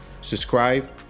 subscribe